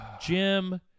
Jim